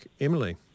Emily